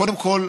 קודם כול,